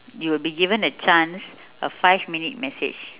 you would be given the chance a five minute message